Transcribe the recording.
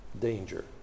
danger